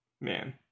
Man